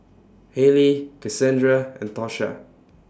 Haley Casandra and Tosha